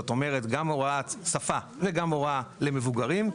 זאת אומרת, גם הוראת שפה וגם הוראה למבוגרים,